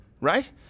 right